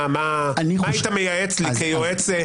מה היית מייעץ לי כיועץ לכנסת?